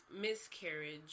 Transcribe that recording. miscarriage